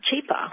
cheaper